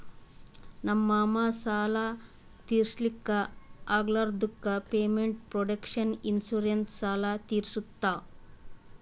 ನಮ್ ಮಾಮಾ ಸಾಲ ತಿರ್ಸ್ಲಕ್ ಆಗ್ಲಾರ್ದುಕ್ ಪೇಮೆಂಟ್ ಪ್ರೊಟೆಕ್ಷನ್ ಇನ್ಸೂರೆನ್ಸ್ ಸಾಲ ತಿರ್ಸುತ್